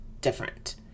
different